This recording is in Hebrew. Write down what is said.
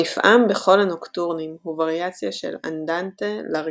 המפעם בכל הנוקטורנים הוא וריאציה של Larghetto